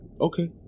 Okay